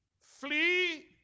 flee